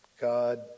God